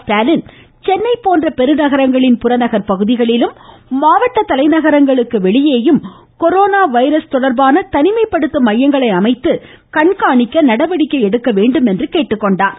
ஸ்டாலின் சென்னை போன்ற பெருநகரங்களின் பறநகர் பகுதிகளிலும் மாவட்ட தலைநகரங்களுக்கு வெளியேயும் கொரோனா வைரஸ் தொடர்பான தவிமைப்படுத்தும் மையங்களை அமைத்து கண்காணிக்க நடவடிக்கை எடுக்க வேண்டும் என்றார்